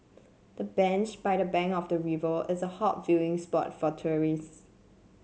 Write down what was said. the bench by the bank of the river is a hot viewing spot for tourists